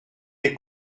les